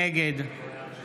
נגד